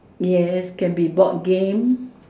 yes can be board game